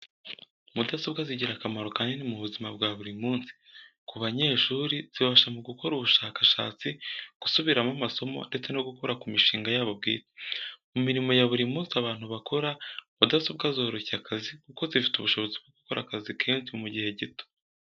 Mudasobwa zigira akamaro kanini mu buzima bwa buri munsi, ku banyeshuri zibafasha mu gukora ubushakashatsi, gusubiramo amasomo ndetse no gukora ku mishinga yabo bwite. Mu mirimo ya buri munsi abantu bakora, mudasobwa zoroshya akazi kuko zifite ubushobozi bwo gukora akazi kenshi mu gihe gito.